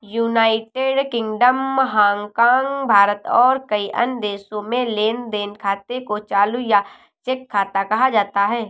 United Kingdom, Hong Kong, Bharat और कई अन्य देशों में लेन देन खाते को चालू या चेक खाता कहा जाता है